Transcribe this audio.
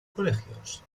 colegios